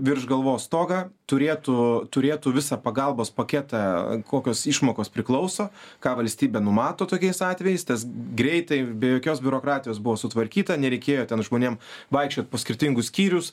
virš galvos stogą turėtų turėtų visą pagalbos paketą kokios išmokos priklauso ką valstybė numato tokiais atvejais tas greitai be jokios biurokratijos buvo sutvarkyta nereikėjo ten žmonėm vaikščiot po skirtingus skyrius